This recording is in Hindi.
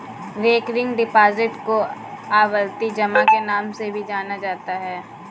रेकरिंग डिपॉजिट को आवर्ती जमा के नाम से भी जाना जाता है